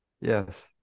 yes